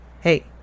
Hey